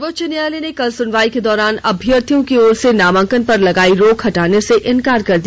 सर्वोच्च न्यायालय ने कल सुनवाई के दौरान अभ्यर्थियों की ओर से नामांकन पर लगाई गई रोक हटाने से इनकार कर दिया